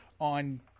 on